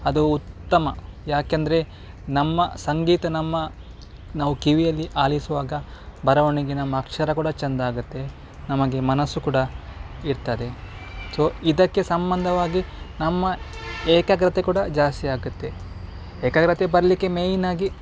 ಅದು ಉತ್ತಮ ಯಾಕೆಂದರೆ ನಮ್ಮ ಸಂಗೀತ ನಮ್ಮ ನಾವು ಕಿವಿಯಲ್ಲಿ ಆಲಿಸುವಾಗ ಬರವಣಿಗೆ ನಮ್ಮ ಅಕ್ಷರ ಕೂಡ ಚೆಂದ ಆಗುತ್ತೆ ನಮಗೆ ಮನಸ್ಸು ಕೂಡ ಇರ್ತದೆ ಸೊ ಇದಕ್ಕೆ ಸಂಬಂಧವಾಗಿ ನಮ್ಮ ಏಕಾಗ್ರತೆ ಕೂಡ ಜಾಸ್ತಿ ಆಗುತ್ತೆ ಏಕಾಗ್ರತೆ ಬರಲಿಕ್ಕೆ ಮೈಯ್ನಾಗಿ